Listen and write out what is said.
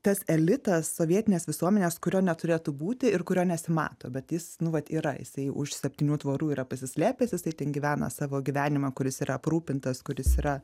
tas elitas sovietinės visuomenės kurio neturėtų būti ir kurio nesimato bet jis nu vat yra jisai už septynių tvorų yra pasislėpęs jisai ten gyvena savo gyvenimą kuris yra aprūpintas kuris yra